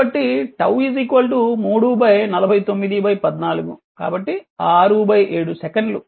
కాబట్టి 𝜏 3 4914 కాబట్టి 67 సెకన్లు